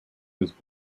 was